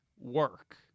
work